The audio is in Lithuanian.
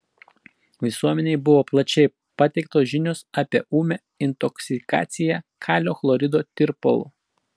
visuomenei buvo plačiai pateiktos žinios apie ūmią intoksikaciją kalio chlorido tirpalu